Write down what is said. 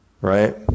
right